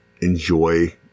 enjoy